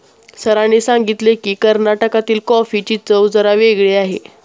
सरांनी सांगितले की, कर्नाटकातील कॉफीची चव जरा वेगळी आहे